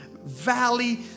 valley